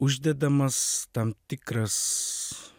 uždedamas tam tikras